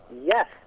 Yes